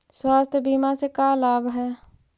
स्वास्थ्य बीमा से का लाभ है?